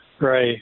Right